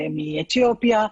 מאתיופיה,